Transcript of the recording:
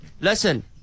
Listen